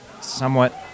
somewhat